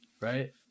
right